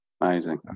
Amazing